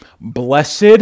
Blessed